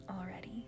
already